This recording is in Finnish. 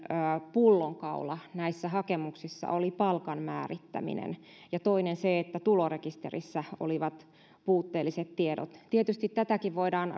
pullonkaula näissä hakemuksissa oli palkan määrittäminen ja toinen se että tulorekisterissä olivat puutteelliset tiedot tietysti tätäkin voidaan